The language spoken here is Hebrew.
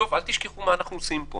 בסוף אל תשכחו מה אנו עושים פה